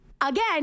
again